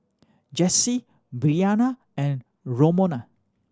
Jesse Breanna and Romona